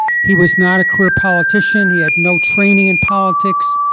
he was not a career politician, he had no training in politics,